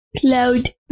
cloud